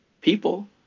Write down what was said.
people